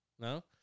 No